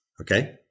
okay